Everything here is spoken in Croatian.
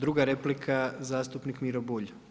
Druga replika zastupnik Miro Bulj.